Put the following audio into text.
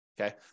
okay